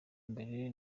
mbere